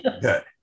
Good